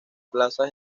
plaza